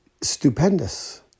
stupendous